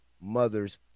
mothers